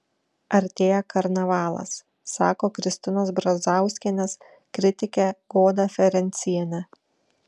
artėja karnavalas sako kristinos brazauskienės kritikė goda ferencienė